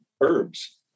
herbs